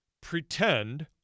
pretend